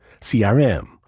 CRM